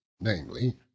namely